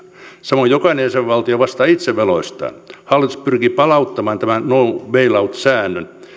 samoin jokainen jäsenvaltio vastaa itse veloistaan hallitus pyrkii palauttamaan tämän no bail out säännön